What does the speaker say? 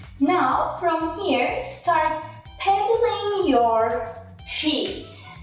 now from here, start pedaling your feet,